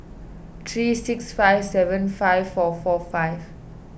three six five seven five four four five